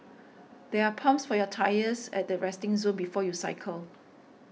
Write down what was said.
there are pumps for your tyres at the resting zone before you cycle